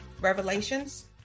revelations